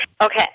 Okay